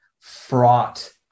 fraught